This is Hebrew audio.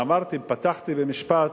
אמרתי ופתחתי במשפט,